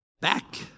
back